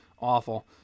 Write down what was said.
awful